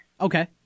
Okay